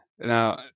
Now